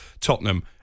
Tottenham